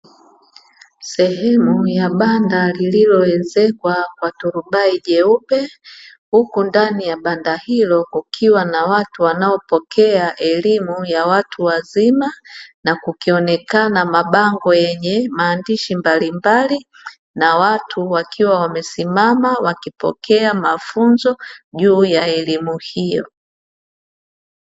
Sehemu ya banda lililoezekwa kwa turubai jeupe, huku ndani ya banda hilo kukiwa na watu wanaopokea elimu ya watu wazima na kukionekana mabango yenye maandishi mbalimbali na watu wakiwa wamesimama wakipokea mafunzo juu ya elimu hiyo.